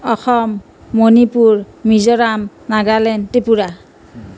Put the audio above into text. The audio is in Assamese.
অসম মণিপুৰ মিজোৰাম নাগালেণ্ড ত্ৰিপুৰা